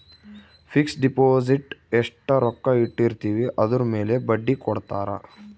fix deposit ಎಸ್ಟ ರೊಕ್ಕ ಇಟ್ಟಿರ್ತಿವಿ ಅದುರ್ ಮೇಲೆ ಬಡ್ಡಿ ಕೊಡತಾರ